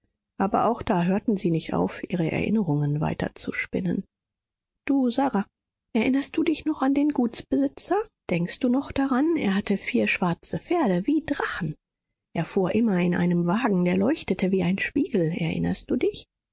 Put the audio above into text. aber auch da hörten sie nicht auf ihre erinnerungen weiterzuspinnen du sara erinnerst du dich noch an den gutsbesitzer denkst du noch daran er hatte vier schwarze pferde wie drachen er fuhr immer in einem wagen der leuchtete wie ein spiegel erinnerst du dich